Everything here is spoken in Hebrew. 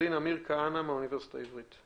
צבי דברי מהאגודה לזכויות דיגיטליות.